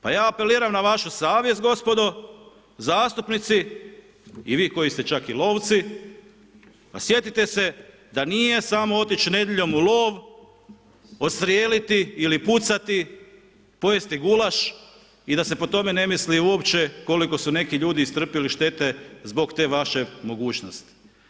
Pa ja apeliram na vašu savjest gospodo zastupnici i vi koji ste čak i lovci, pa sjetite se da nije samo otići nedjeljom u lov, odstrijeliti ili pucati, pojesti gulaš i da se po tome ne misli uopće koliko su neki ljudi istrpili štete zbog te vaše mogućnosti.